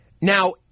Now